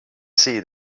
see